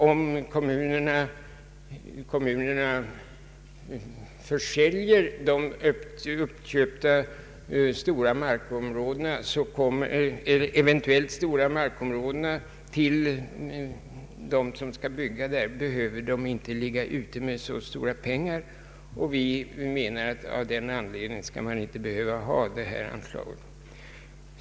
Om kommunerna säljer de uppköpta eventuellt stora markområdena till dem som skall byg ga där behöver kommunerna inte ligga ute med så stora pengar. Vi anser att av den anledningen detta anslag inte är behövligt.